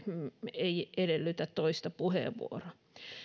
ei edellytä toista puheenvuoroa